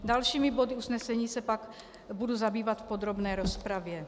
Dalšími body usnesení se pak budu zabývat v podrobné rozpravě.